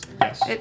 Yes